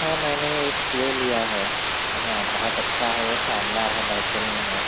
ہاں میں نے ایک پلے لیا ہے ہاں بہت اچھا ہے وہ شاندار ہے بہترین ہے